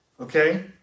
Okay